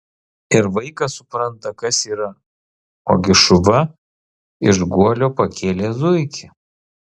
ir vaikas supranta kas yra ogi šuva iš guolio pakėlė zuikį